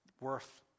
Worth